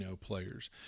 players